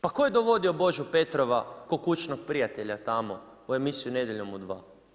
Pa tko je dovodio Božu Petrova kao kućnog prijatelja tamo u emisiju „Nedjeljom u 2“